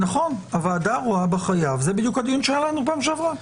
זה בדיוק הדיון שהיה לנו בפעם שעברה.